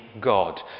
God